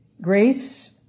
Grace